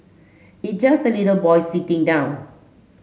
it just a little boy sitting down